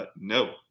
No